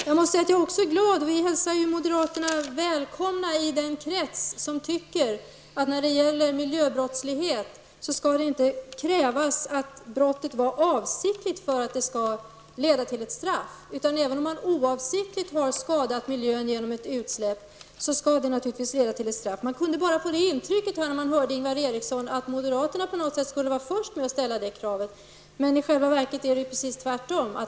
Vi hälsar moderaterna välkomna i den krets som tycker att när det gäller miljöbrottslighet skall det inte krävas att brottet var avsiktligt för att det skall leda till ett straff. Även om man oavsiktligt har skadat miljön på grund av ett utsläpp, skall det naturligtvis leda till ett straff. Man kan dock få intrycket när man lyssnade på Ingvar Eriksson, att moderaterna skulle ha varit först med att ställa detta krav. I själva verket är det precis tvärtom.